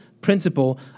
principle